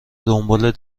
دنبال